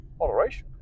Moderation